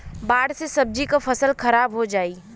बाढ़ से सब्जी क फसल खराब हो जाई